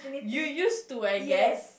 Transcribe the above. you used to I guess